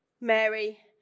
Mary